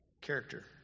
Character